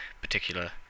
particular